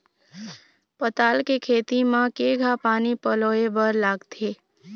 पताल के खेती म केघा पानी पलोए बर लागथे?